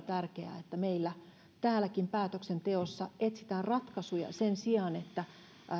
tärkeää se että meillä täälläkin päätöksenteossa etsitään ratkaisuja sen sijaan että